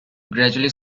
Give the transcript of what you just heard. gradually